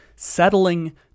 settling